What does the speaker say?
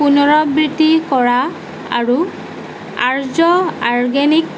পুনৰাবৃত্তি কৰা আৰু আৰ্য অৰ্গেনিক